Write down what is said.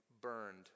burned